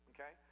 Okay